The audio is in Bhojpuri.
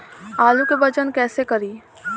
आलू के वजन कैसे करी?